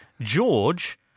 George